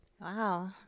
wow